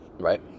Right